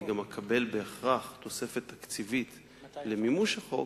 גם אקבל בהכרח תוספת תקציבית למימוש החוק,